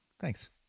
Thanks